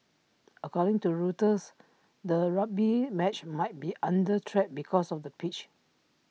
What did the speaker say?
according to Reuters the rugby match might be under threat because of the pitch